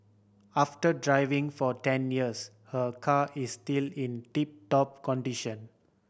after driving for ten years her car is still in tip top condition